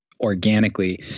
organically